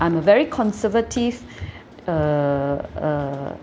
I'm a very conservative uh uh